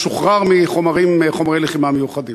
משוחרר מחומרי לחימה מיוחדים.